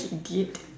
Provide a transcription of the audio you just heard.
idiot